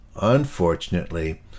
Unfortunately